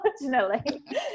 unfortunately